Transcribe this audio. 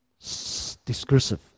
discursive